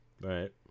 Right